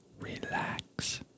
relax